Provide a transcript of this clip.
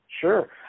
Sure